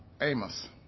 Amos